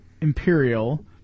Imperial